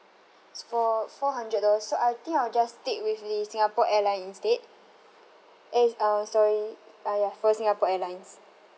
it's four four hundred dollars so I think I will just stick with the singapore airline instead eh is uh sorry ah ya for the singapore airlines